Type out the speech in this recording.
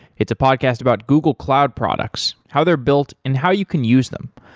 it's a podcast about google cloud products, how they're built and how you can use them.